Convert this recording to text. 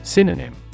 Synonym